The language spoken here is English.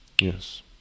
Yes